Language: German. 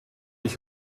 ich